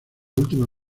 última